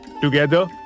Together